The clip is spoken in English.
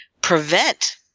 prevent